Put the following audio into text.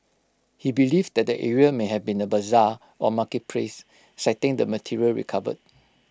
he believed that the area may have been A Bazaar or marketplace citing the material recovered